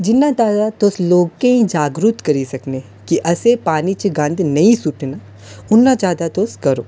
जिन्नै तक्कर तुस लोकें गी जागरूक करी सकने केह् असें पानी च गंद नेईं सु'ट्टना उ'न्ना ज्यादा तुस करो